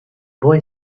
boy